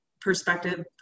perspective